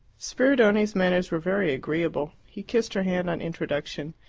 spiridione's manners were very agreeable. he kissed her hand on introduction,